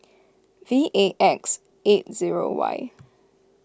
V A X eight zero Y